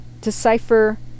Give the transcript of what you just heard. decipher